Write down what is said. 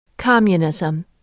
Communism